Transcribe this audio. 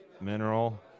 Mineral